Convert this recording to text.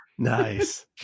Nice